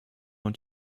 und